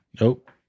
Nope